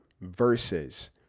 versus